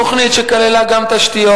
זו תוכנית שכללה גם תשתיות.